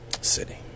city